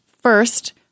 First